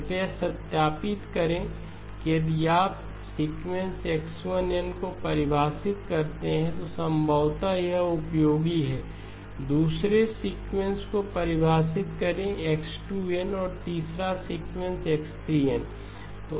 कृपया सत्यापित करें कि यदि आप सीक्वेंस X1 n को परिभाषित करते हैं तो संभवत यह उपयोगी है दूसरे सीक्वेंस को परिभाषित करें X2 n और तीसरा सीक्वेंस X3 n